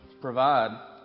provide